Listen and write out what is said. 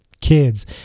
kids